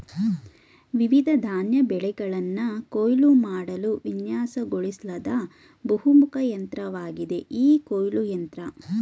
ವಿವಿಧ ಧಾನ್ಯ ಬೆಳೆಗಳನ್ನ ಕೊಯ್ಲು ಮಾಡಲು ವಿನ್ಯಾಸಗೊಳಿಸ್ಲಾದ ಬಹುಮುಖ ಯಂತ್ರವಾಗಿದೆ ಈ ಕೊಯ್ಲು ಯಂತ್ರ